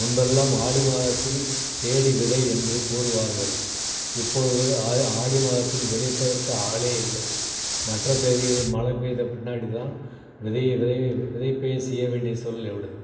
முன்பெல்லாம் ஆடி மாதத்தில் தேடி விதை என்று கூறுவார்கள் இப்பொழுது ஆ ஆடி மாதத்தில் விதைப்பதற்கு ஆளே இல்லை மற்ற தேதிகளில் மழை பெய்த பின்னாடி தான் விதைகள் விதைகள் விதைப்பை செய்ய வேண்டிய சூழ்நிலை உள்ளது